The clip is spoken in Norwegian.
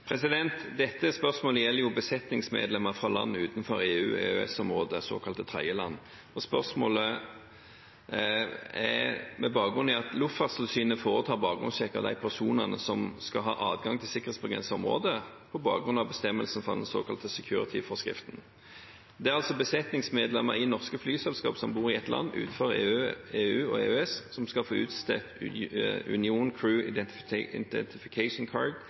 Dette spørsmålet gjelder besetningsmedlemmer fra land utenfor EU og EØS-området, såkalte tredjeland. Spørsmålet er med bakgrunn i at Luftfartstilsynet foretar bakgrunnssjekk av de personene som skal ha adgang til sikkerhetsbegrenset område, på bakgrunn av bestemmelsen fra den såkalte securityforskriften. Det er altså besetningsmedlemmer i norske flyselskap som bor i et land utenfor EU og EØS-området som skal få utstedt Union Crew Identification Card